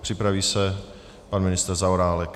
Připraví se pan ministr Zaorálek.